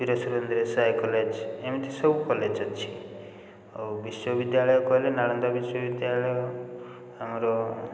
ବୀର Surendra Sai college ଏମିତି ସବୁ college ଅଛି ଆଉ ବିଶ୍ୱବିଦ୍ୟାଳୟ କହିଲେ ନାଳନ୍ଦା ବିଶ୍ୱବିଦ୍ୟାଳୟ ଆମର